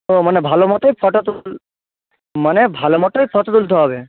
ও মানে ভালো মতোই ফটো মানে ভালো মতোই ফটো তুলতে হবে